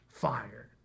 fire